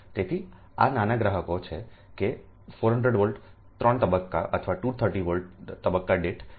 તેથી આ નાના ગ્રાહકો છે કે 400 V 3 તબક્કા અથવા 230 તબક્કા દીઠ